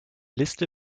liste